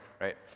right